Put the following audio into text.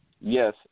yes